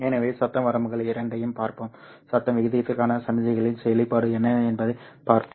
எனவே சத்தம் வரம்புகள் இரண்டையும் பார்ப்போம் சத்தம் விகிதத்திற்கான சமிக்ஞையின் வெளிப்பாடு என்ன என்பதைப் பார்ப்போம்